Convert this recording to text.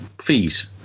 fees